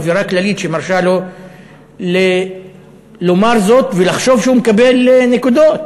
אווירה כללית שמרשה לו לומר זאת ולחשוב שהוא מקבל נקודות,